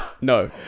no